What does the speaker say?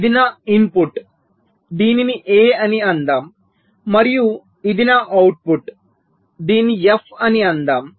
ఇది నా ఇన్పుట్ దీనిని A అని అందాం మరియు ఇది నా అవుట్పుట్ దీనిని f అని అందాం